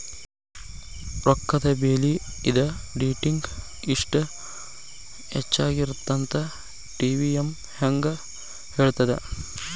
ರೊಕ್ಕದ ಬೆಲಿ ಇದ ಡೇಟಿಂಗಿ ಇಷ್ಟ ಹೆಚ್ಚಾಗಿರತ್ತಂತ ಟಿ.ವಿ.ಎಂ ಹೆಂಗ ಹೇಳ್ತದ